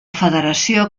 federació